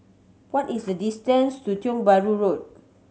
what is the distance to Tiong Bahru Road